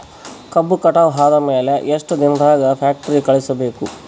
ಕಬ್ಬು ಕಟಾವ ಆದ ಮ್ಯಾಲೆ ಎಷ್ಟು ದಿನದಾಗ ಫ್ಯಾಕ್ಟರಿ ಕಳುಹಿಸಬೇಕು?